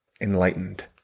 enlightened